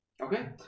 Okay